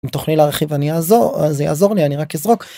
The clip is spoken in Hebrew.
אם תוכלי להרחיב אני אז זה יעזור לי אני רק אזרוק.